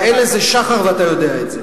אין לזה שחר, ואתה יודע את זה.